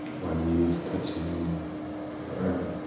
or knees touching the earth.